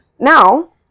Now